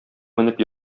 менеп